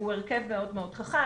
הוא הרכב מאוד חכם.